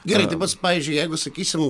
gerai tai pats pavyzdžiui jeigu sakysim